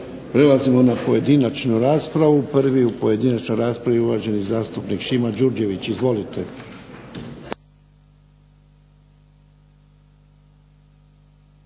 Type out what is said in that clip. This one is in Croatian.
Prelazimo na pojedinačnu raspravu. Prvi u pojedinačnoj raspravi je uvaženi zastupnik Šima Đurđević. Izvolite.